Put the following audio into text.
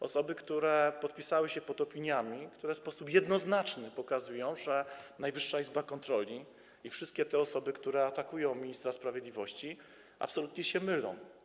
Te osoby podpisały się pod opiniami, które w sposób jednoznaczny pokazują, że Najwyższa Izba Kontroli i wszystkie te osoby, które atakują ministra sprawiedliwości, absolutnie się mylą.